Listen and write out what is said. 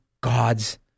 God's